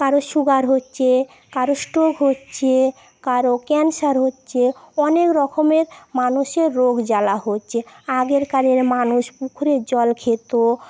কারো সুগার হচ্ছে কারো স্ট্রোক হচ্ছে কারো ক্যান্সার হচ্ছে অনেক রকমের মানুষের রোগ জ্বালা হচ্ছে আগেরকারের মানুষ পুকুরের জল খেত